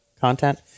content